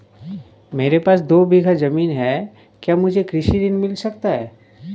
मेरे पास दो बीघा ज़मीन है क्या मुझे कृषि ऋण मिल सकता है?